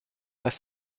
pas